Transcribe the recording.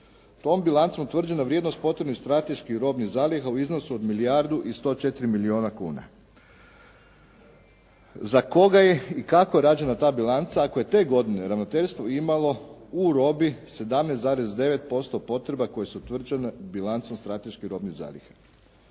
Tom bilancom utvrđena je vrijednost potrebnih strateških robnih zaliha u iznosu od milijardu i 104 milijuna kuna. Za koga je i kako rađena ta bilanca ako je te godine ravnateljstvo imalo u robi 17,9% potreba koje su utvrđene bilancom strateških robnih zaliha.